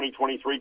2023